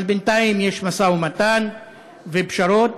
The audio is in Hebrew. אבל בינתיים יש משא ומתן ופשרות.